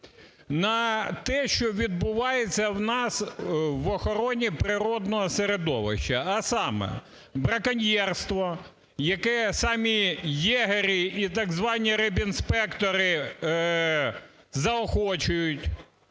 на те, що відбувається в нас в охороні природного середовища, а саме браконьєрство, яке самі єгері і так звані рибінспектори заохочують.